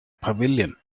pavilion